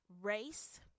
race